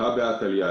הא בהא תליא.